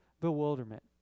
bewilderment